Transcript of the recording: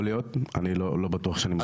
יכול להיות, אני לא בטוח שאני מסכים עם זה.